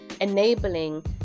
enabling